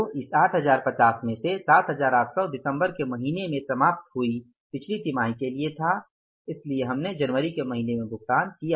तो इस 8050 में से 7800 दिसंबर के महीने में समाप्त हुई पिछली तिमाही के लिए था इसलिए हमने जनवरी के महीने में भुगतान किया